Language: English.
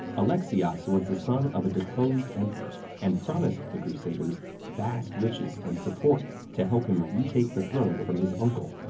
alexios was the son of a deposed emperor, and promised the crusaders vast riches and support to help him retake the throne from his uncle.